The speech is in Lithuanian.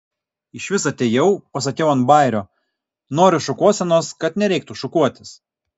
išvis atėjau pasakiau ant bajerio noriu šukuosenos kad nereiktų šukuotis